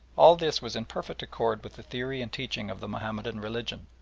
all this was in perfect accord with the theory and teaching of the mahomedan religion,